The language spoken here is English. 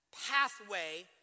pathway